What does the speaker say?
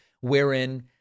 wherein